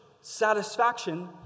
satisfaction